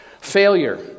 Failure